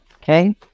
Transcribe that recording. okay